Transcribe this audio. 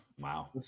wow